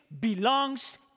belongs